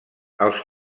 els